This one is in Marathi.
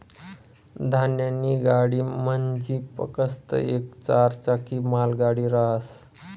धान्यनी गाडी म्हंजी फकस्त येक चार चाकी मालगाडी रहास